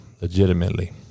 legitimately